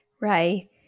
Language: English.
Right